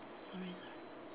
sorry sorry